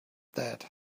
that